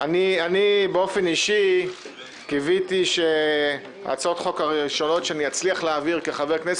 באופן אישי קיוויתי שהצעות החוק הראשונות שאצליח להעביר כחבר כנסת,